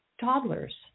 toddlers